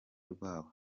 rwabo